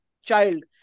child